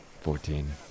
Fourteen